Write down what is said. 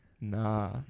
Nah